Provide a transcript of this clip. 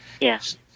Yes